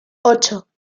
ocho